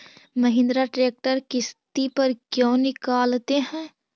Mahindra tractor किसति पर क्यों निकालते हैं?